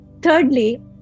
Thirdly